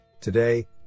Today